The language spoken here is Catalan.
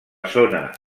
zona